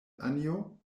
anjo